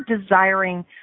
desiring